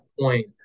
point